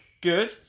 Good